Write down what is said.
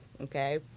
okay